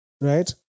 right